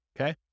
Okay